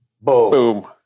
Boom